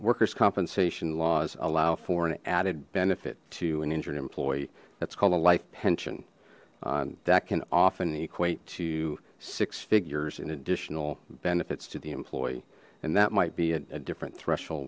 workers compensation laws allow for an added benefit to an injured employee that's called a life pension that can often equate to six figures in additional benefits to the employee and that might be a different threshold